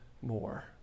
more